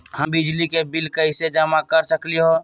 हम बिजली के बिल कईसे जमा कर सकली ह?